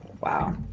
wow